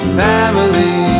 family